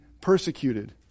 persecuted